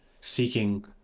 seeking